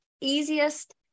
easiest